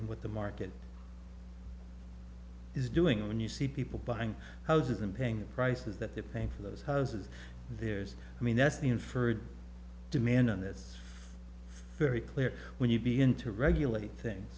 and what the market is doing when you see people buying houses and paying the prices that they're paying for those houses there's i mean that's the inferred demand and that's very clear when you begin to regulate things